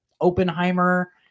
Oppenheimer